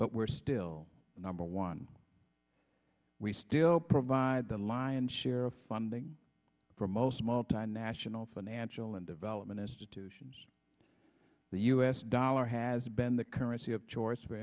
but we're still number one we still provide the lion's share of funding for most multinational financial and development is to to sions the u s dollar has been the currency of choice for